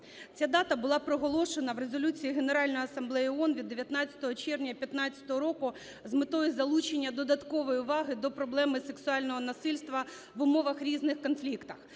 Ця дата була проголошена в Резолюції Генеральної Асамблеї ООН від 19 червня 15-го року з метою залучення додаткової уваги до проблеми сексуального насильства в умовах різних конфліктів.